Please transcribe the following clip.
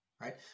right